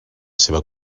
seva